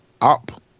up